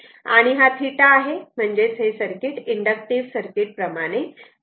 आणि हा θ आहे म्हणजेच हे सर्किट इंडक्टिव्ह सर्किट प्रमाणे आहे